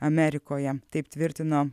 amerikoje taip tvirtino